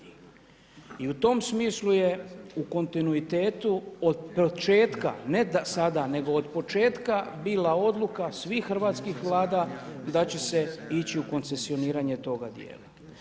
I u tom smislu je u kontinuitetu od početka, ne sada nego od početka bila odluka svih hrvatskih Vlada da će se ići u koncesioniranje toga djela.